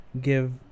give